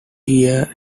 year